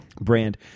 brand